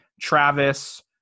Travis